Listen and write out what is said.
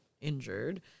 injured